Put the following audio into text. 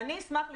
אני אשמח לשמוע,